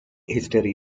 history